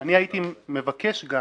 אני הייתי מבקש גם